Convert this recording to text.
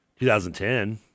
2010